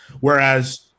Whereas